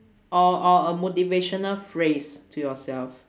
or or a motivational phrase to yourself